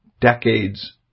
decades